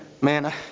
Man